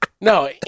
No